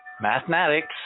Mathematics